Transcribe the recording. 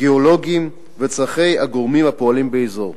גיאולוגיים, וצורכי הגורמים הפועלים באזור.